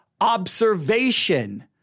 observation